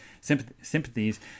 sympathies